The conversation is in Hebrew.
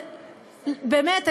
באמת,